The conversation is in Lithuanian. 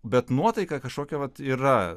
bet nuotaika kažkokia vat yra